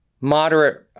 moderate